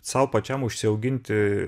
sau pačiam užsiauginti